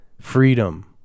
Freedom